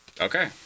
Okay